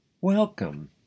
Welcome